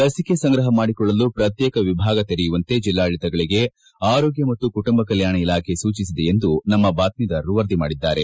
ಲಸಿಕೆ ಸಂಗ್ರಹ ಮಾಡಿಕೊಳ್ಳಲು ಪ್ರತ್ತೇಕ ವಿಭಾಗ ತೆರೆಯುವಂತೆ ಜಿಲ್ಲಾಡಳಿತಗಳಿಗೆ ಆರೋಗ್ಡ ಮತ್ತು ಕುಟುಂಬ ಕಲ್ಪಾಣ ಇಲಾಖೆ ಸೂಚಿಸಿದೆ ಎಂದು ನಮ್ನ ಬಾತ್ಮೀದಾರರು ವರದಿ ಮಾಡಿದ್ದಾರೆ